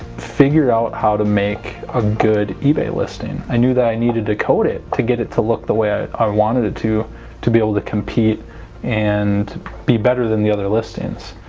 figure out how to make a good ebay a listing i knew that i needed to code it to get it to look the way i wanted it to to be able to compete and be better than the other listing.